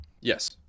Yes